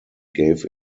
gave